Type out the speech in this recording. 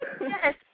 Yes